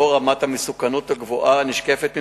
לאור רמת המסוכנות הגבוהה הנשקפת ממנו,